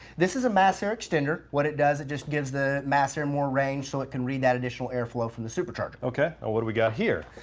this is a mass air extender. what it does, it just give the mass air and more range so it can read that additional air flow from the supercharger. ok, and what do we got here?